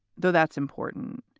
though that's important,